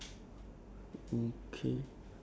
it's like planned out already ah